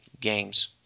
games